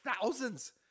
thousands